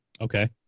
Okay